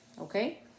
Okay